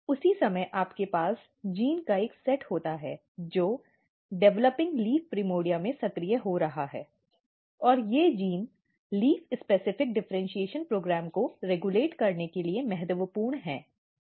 उसी समय आपके पास जीन का एक सेट होता है जो विकासशील लीफ प्रिमोर्डिया में सक्रिय हो रहा है और ये जीन पत्ती विशिष्ट डिफ़र्इन्शीएशन कार्यक्रम को रेगुलेट करने के लिए महत्वपूर्ण हैं